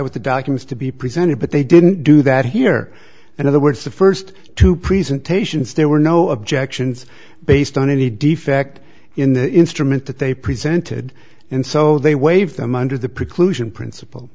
with the darkness to be presented but they didn't do that here in other words the first two presentations there were no objections based on any defect in the instrument that they presented and so they waived them under the preclusion principle